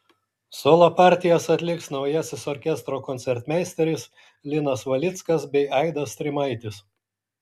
solo partijas atliks naujasis orkestro koncertmeisteris linas valickas bei aidas strimaitis